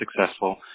successful